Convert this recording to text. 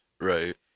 Right